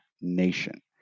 nation